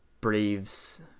braves